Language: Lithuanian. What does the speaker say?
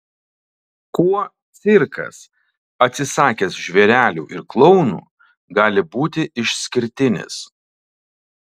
kuo cirkas atsisakęs žvėrelių ir klounų gali būti išskirtinis